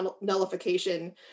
nullification